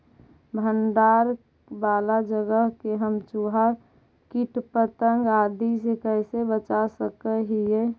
भंडार वाला जगह के हम चुहा, किट पतंग, आदि से कैसे बचा सक हिय?